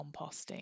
composting